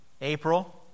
April